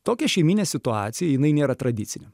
tokia šeiminė situacija jinai nėra tradicinė